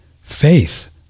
Faith